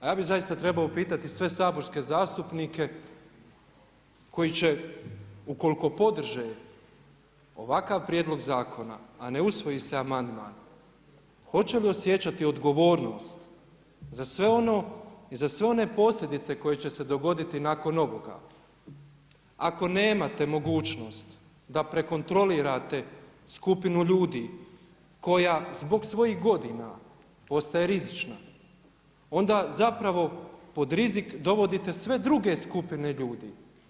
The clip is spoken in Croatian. Ja bi zaista trebao upitati sve saborske zastupnike koji će ukoliko podrže ovakav prijedlog zakona, a ne usvoji se amandman, hoće li osjećati odgovornost, za sve ono i za sve one posljedica koje će se dogoditi nakon ovoga, ako nemate mogućnost, da prekontrolirate skupinu ljudi, koja zbog svojih godina postaje rizična, onda zapravo plod rizik dovodite sve druge skupine ljudi.